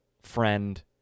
friend